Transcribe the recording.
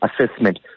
assessment